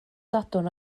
sadwrn